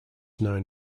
known